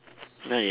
not yet